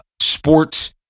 sports